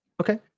Okay